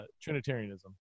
Trinitarianism